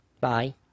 Bye